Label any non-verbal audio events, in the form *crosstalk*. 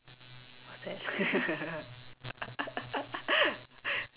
what's that *laughs*